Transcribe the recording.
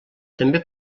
també